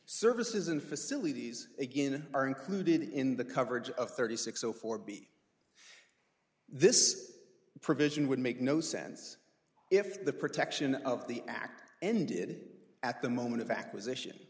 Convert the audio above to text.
services and facilities again are included in the coverage of thirty six zero four b this is provision would make no sense if the protection of the act ended at the moment of acquisition